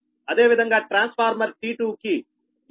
అదేవిధంగా transformer T2 కి XT2 వచ్చి 0